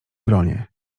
gronie